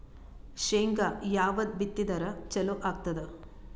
ಶೇಂಗಾ ಯಾವದ್ ಬಿತ್ತಿದರ ಚಲೋ ಆಗತದ?